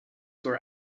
were